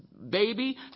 baby